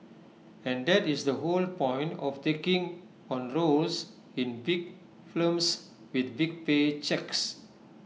and that is the whole point of taking on roles in big films with big pay cheques